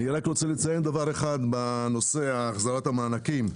אני רק רוצה לציין דבר אחד בנושא החזרת המענקים: